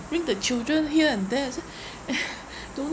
bring the children here and there I say don't know